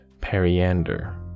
Periander